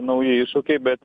nauji iššūkiai bet